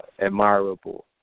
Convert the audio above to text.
admirable